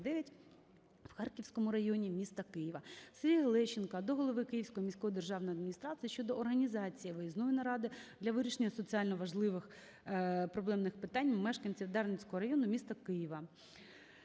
Шевченківському районі міста Києва. Сергія Лещенка до голови Київської міської державної адміністрації щодо організації виїзної наради для вирішення соціально важливих проблемних питань мешканців Дарницького району міста Києва.